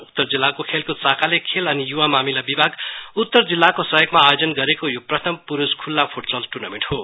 उत्तर जिल्लाको खेलकूद शाखाले खेल अनि युवा मामिला विभाग उत्तर जिल्लाको सहयोगमा आयोजन गरेको यो प्रथम पुरुष खुल्ला फुटसल टुर्नामेन्ट हो